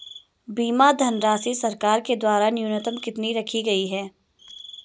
बीमा धनराशि सरकार के द्वारा न्यूनतम कितनी रखी गई है?